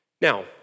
Now